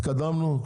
התקדמנו.